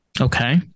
Okay